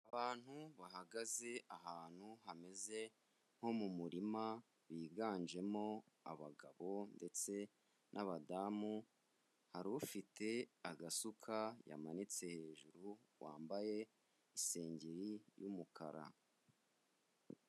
Abantu bahagaze ahantu hameze nko mu murima biganjemo abagabo ndetse n'abadamu, hari ufite agasuka yamanitse hejuru wambaye isengeri y'umukara.